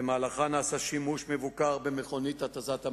במהלכה נעשה שימוש מבוקר במכונית התזת המים.